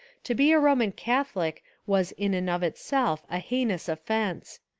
to be a roman catholic was in and of it self a heinous offence.